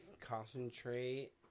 concentrate